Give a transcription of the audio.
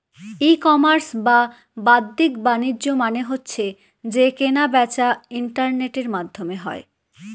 ই commerce বা বাদ্দিক বাণিজ্য মানে হচ্ছে যে কেনা বেচা ইন্টারনেটের মাধ্যমে হয়